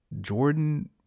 jordan